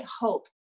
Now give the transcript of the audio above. hope